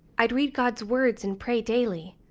i'd read god's words and pray daily.